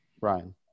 Brian